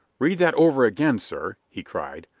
read that over again, sir, he cried.